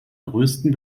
größten